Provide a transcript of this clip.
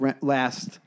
last